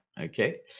okay